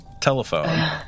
telephone